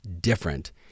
different